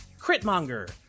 Critmonger